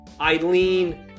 Eileen